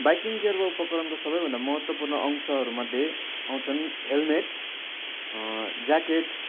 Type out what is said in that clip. biking gear वा उपकरणको सबैभन्दा महत्त्वपूर्ण अंशहरूमध्ये आउँछन् हेल्मेट ज्याकेट